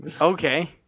Okay